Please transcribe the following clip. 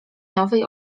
nowej